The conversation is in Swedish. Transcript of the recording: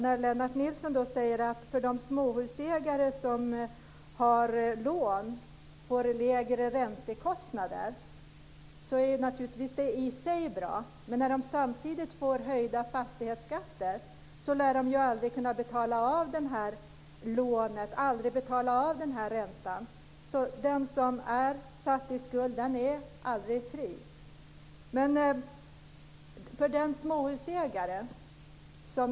När Lennart Nilsson säger att de småhusägare som har lån får lägre räntekostnader är det i sig naturligtvis bra. Men när de samtidigt får höjda fastighetsskatter lär de ju aldrig kunna betala av det här lånet, aldrig betala den här räntan. Den som är satt i skuld är aldrig fri.